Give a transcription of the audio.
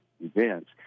events